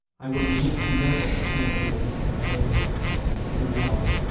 i will omit no opportunity that may convey my greetings, love,